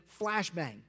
flashbang